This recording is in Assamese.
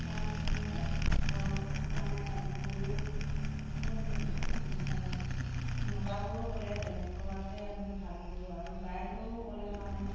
ধৰক মানে গৰু মতা গৰু হ'লে তেনেকুৱাকৈ আমি ভাল কৰোঁ আৰু গাই গৰু হ'লে মানে